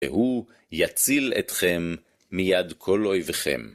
והוא יציל אתכם מיד כל אויביכם.